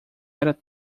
era